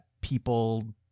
people